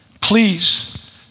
Please